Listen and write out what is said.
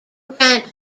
grant